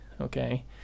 okay